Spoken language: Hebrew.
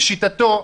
לשיטתו,